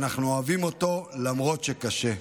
ואנחנו אוהבים אותו למרות שקשה.